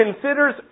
considers